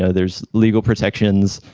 ah there's legal protections,